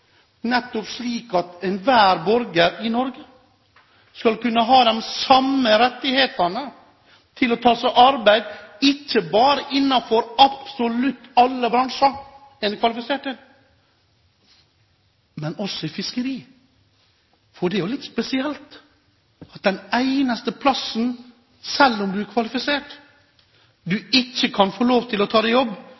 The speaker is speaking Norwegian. nettopp slik at enhver borger i Norge skal kunne ha de samme rettighetene til å ta seg arbeid ikke bare innenfor alle andre bransjer en er kvalifisert til, men også innenfor fiskeri. Det er jo litt spesielt at det eneste stedet du ikke kan få lov til å ta deg jobb selv om du er kvalifisert